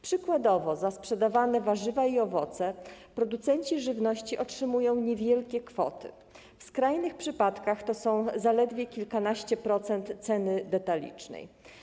Przykładowo za sprzedawane warzywa i owoce producenci żywności otrzymują niewielkie kwoty, w skrajnych przypadkach to jest zaledwie kilkanaście procent ceny detalicznej.